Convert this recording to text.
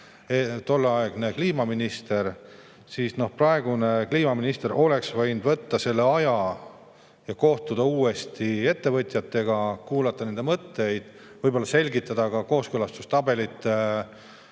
tolleaegne kliimaminister. Praegune kliimaminister oleks võinud võtta selle aja ja kohtuda uuesti ettevõtjatega, kuulata nende mõtteid, võib-olla selgitada kooskõlastustabelis